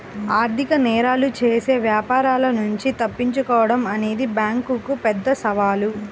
ఆర్థిక నేరాలు చేసే వ్యాపారుల నుంచి తప్పించుకోడం అనేది బ్యేంకులకు పెద్ద సవాలు